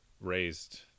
raised